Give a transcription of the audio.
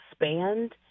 expand